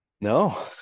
no